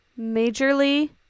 majorly